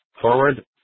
forward